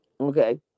Okay